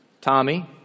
Tommy